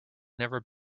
never